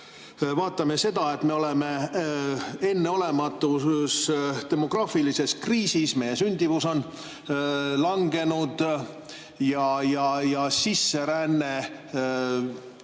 seda, et me oleme enneolematus demograafilises kriisis, meie sündimus on langenud ja sisseränne